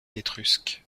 étrusques